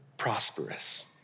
prosperous